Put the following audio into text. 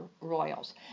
royals